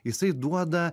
jisai duoda